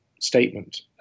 statement